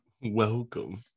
welcome